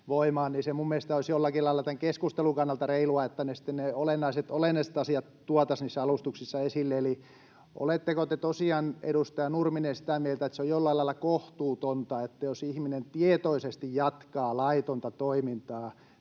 minun mielestäni olisi jollakin lailla tämän keskustelun kannalta reilua, että sitten ne olennaiset asiat tuotaisiin niissä alustuksissa esille. Eli oletteko te tosiaan, edustaja Nurminen, sitä mieltä, että se on jollain lailla kohtuutonta, eli jos ihminen tietoisesti jatkaa laitonta toimintaa,